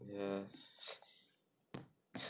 ya